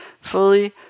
fully